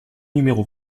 numéro